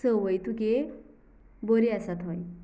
सवयी तुगें बऱ्यो आसा थंय